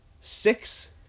six